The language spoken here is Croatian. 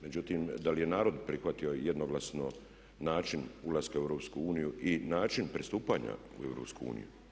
Međutim, da li je narod prihvatio jednoglasno način ulaska u EU i način pristupanja u EU.